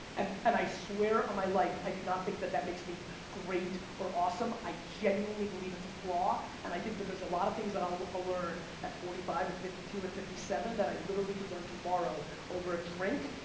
and and i swear on my life i do not think that that makes me great or awesome. i genuinely believe it's a flaw, and i think that there's a lot of things that i'll learn at forty five and fifty two and fifty seven that i literally could learn tomorrow over a drink,